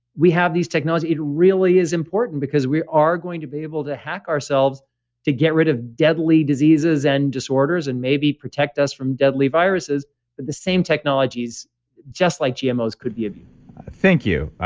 we have these technology. it really is important because we are going to be able to hack ourselves to get rid of deadly diseases and disorders and maybe protect us from deadly viruses, but the same technologies just like gmos could be thank you.